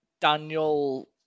Daniel